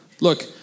look